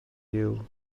fyw